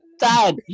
dad